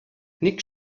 nick